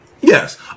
Yes